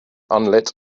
unlit